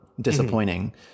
disappointing